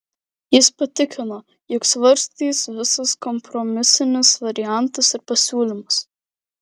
jis patikino jog svarstys visus kompromisinius variantus ir pasiūlymus